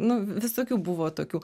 nu visokių buvo tokių